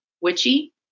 witchy